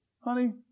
Honey